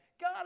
God